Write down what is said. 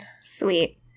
Sweet